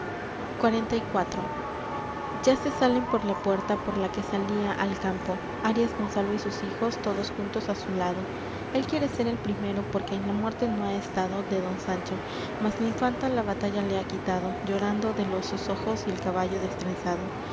ya se salen por la puerta por la que salía al campo arias gonzalo y sus hijos todos juntos á su lado él quiere ser el primero porque en la muerte no ha estado de don sancho mas la infanta la batalla le ha quitado llorando de los sus ojos y el caballo destrenzado